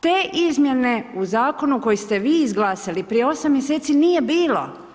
Te izmjene u zakonu koji ste vi izglasali prije 8 mjeseci nije bilo.